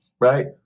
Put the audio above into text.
right